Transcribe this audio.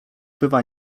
bywa